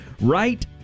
right